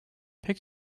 pek